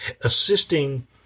assisting